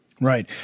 Right